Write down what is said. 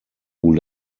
who